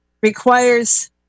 requires